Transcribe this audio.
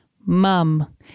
mum